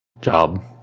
job